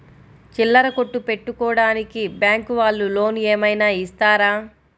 చిల్లర కొట్టు పెట్టుకోడానికి బ్యాంకు వాళ్ళు లోన్ ఏమైనా ఇస్తారా?